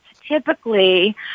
typically